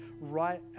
right